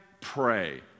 pray